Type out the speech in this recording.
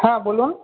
হ্যাঁ বলুন